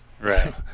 Right